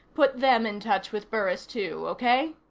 put them in touch with burris too. okay?